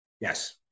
Yes